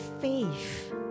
faith